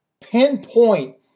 pinpoint